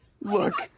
Look